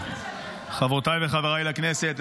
חברותיי וחבריי לכנסת,